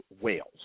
Wales